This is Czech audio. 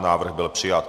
Návrh byl přijat.